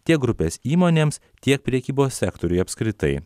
tiek grupės įmonėms tiek prekybos sektoriui apskritai